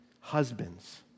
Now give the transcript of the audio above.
Husbands